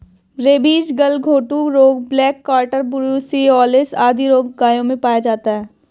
rabies, गलघोंटू रोग, black quarter, brucellosis आदि रोग गायों में पाया जाता है